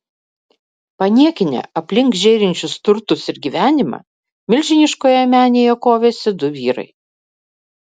paniekinę aplink žėrinčius turtus ir gyvenimą milžiniškoje menėje kovėsi du vyrai